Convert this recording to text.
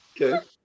Okay